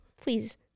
Please